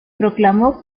proclamó